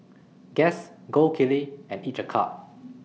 Guess Gold Kili and Each A Cup